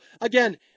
again